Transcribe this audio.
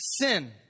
Sin